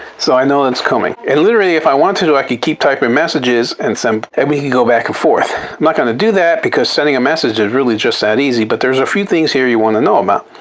so i know it's coming and literally if i wanted to, i could keep typing messages and some, and we can go back and forth. i'm not going to do that because sending a message is really just that easy, but there's a few things here you want to know about.